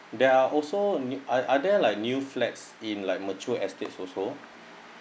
there are also new are are there like new flats in like mature estate also